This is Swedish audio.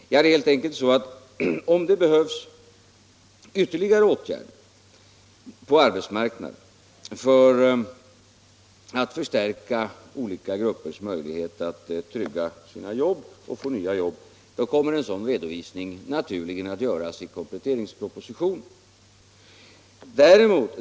Det är helt enkelt så att om det behövs ytterligare åtgärder på arbetsmarknaden för att förstärka olika gruppers möjlighet att trygga sina jobb och få nya jobb, så kommer en sådan redovisning naturligen att göras i kompletteringspropositionen.